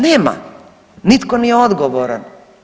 Nema, nitko nije odgovoran.